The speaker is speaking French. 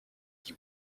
dit